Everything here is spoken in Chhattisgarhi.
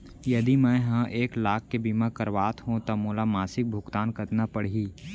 यदि मैं ह एक लाख के बीमा करवात हो त मोला मासिक भुगतान कतना पड़ही?